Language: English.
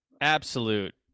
absolute